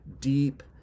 deep